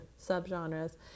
subgenres